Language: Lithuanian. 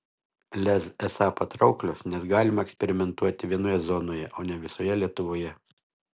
lez esą patrauklios nes galima eksperimentuoti vienoje zonoje o ne visoje lietuvoje